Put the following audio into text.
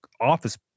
office